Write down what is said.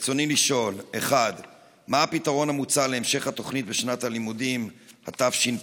רצוני לשאול: 1. מה הפתרון המוצע להמשך התוכנית בשנת הלימודים התשפ"א?